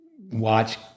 watch